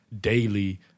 daily